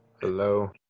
Hello